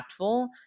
impactful